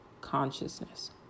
consciousness